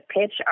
pitch